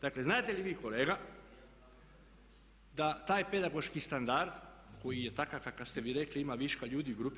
Dakle znate li vi kolega da taj pedagoški standard koji je takav kakav ste vi rekli ima viška ljudi u grupi.